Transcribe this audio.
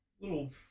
little